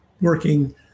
working